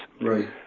Right